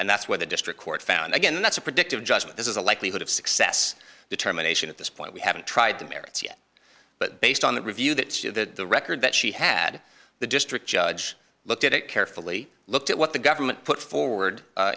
and that's where the district court found again that's a predictive judgment this is a likelihood of success determination at this point we haven't tried the merits yet but based on the review that the record that she had the district judge looked at it carefully looked at what the government put forward